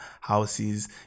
houses